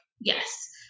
yes